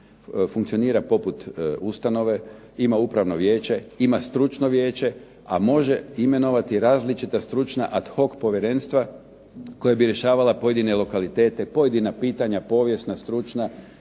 funkcionira poput ustanove. Ima upravno vijeće, ima stručno vijeće, a može imenovati i različita stručna ad hoc povjerenstva koja bi rješavala pojedine lokalitete, pojedina pitanja povijesna, stručna,